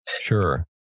sure